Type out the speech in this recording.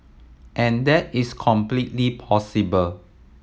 and that is completely possible